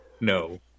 No